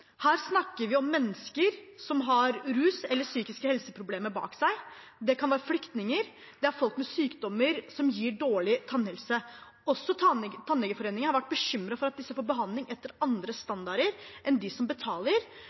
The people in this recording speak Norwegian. Her snakker vi om mennesker som har rus eller psykiske helseproblemer bak seg. Det kan være flyktninger, det er folk med sykdommer som gir dårlig tannhelse. Også Tannlegeforeningen har vært bekymret for at disse får behandling etter andre standarder enn de som betaler,